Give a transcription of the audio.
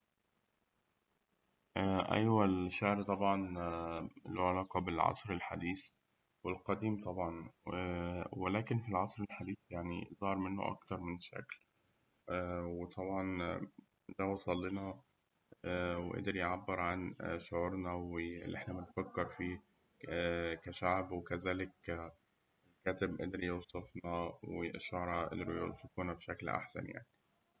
أيوه الشعر طبعاً له علاقة بالعصر الحديث والقديم طبعاً، ولكن في العصر الحديث يعني ظهر منه أكتر من شكل وطبعاً ده وصلنا وقدر يعبر عن شعورنا واللي إحنا بنفكر فيه كشعب وكذلك الكاتب قدر يوصفنا والشعرا اللي بيوصفونا بشكل أحسن يعني.